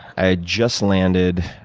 i had just landed.